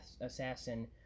assassin